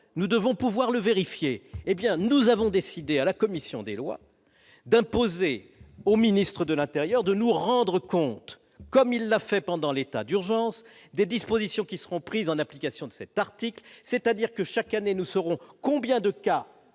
nous devons pouvoir le vérifier, hé bien, nous avons décidé, à la commission des lois d'imposer au ministre de l'intérieur de nous rendre compte comme il l'a fait pendant l'état d'urgence, des dispositions qui seront prises en application de cet article, c'est-à-dire que chaque année nous saurons combien de cas